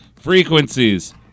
frequencies